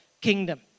kingdom